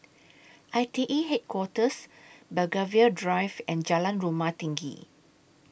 I T E Headquarters Belgravia Drive and Jalan Rumah Tinggi